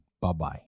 bye-bye